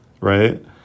right